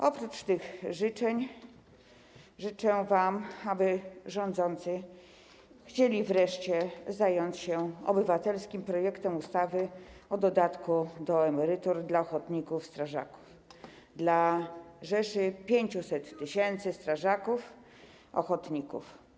Oprócz tych życzeń życzę wam, aby rządzący chcieli wreszcie zająć się obywatelskim projektem ustawy o dodatku do emerytur dla strażaków ochotników, dla rzeszy 500 tys. strażaków ochotników.